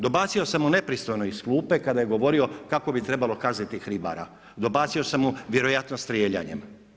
Dobacio sam mu nepristojno iz klupe kada je govorio kako bi trebalo kazniti Hribara, dobacio sam mu vjerojatno streljanjem.